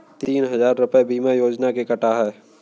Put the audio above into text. तीन हजार रूपए बीमा योजना के कटा है